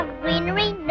greenery